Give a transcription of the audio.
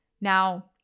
Now